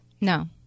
No